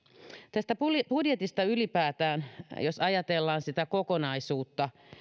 tästä budjetista ylipäätään jos ajatellaan sitä kokonaisuutta